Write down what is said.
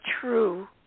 true